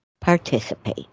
participate